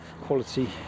quality